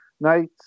nights